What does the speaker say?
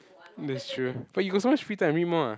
that's true but you got so much free time read more ah